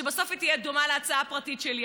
שבסוף היא תהיה דומה להצעה הפרטית שלי.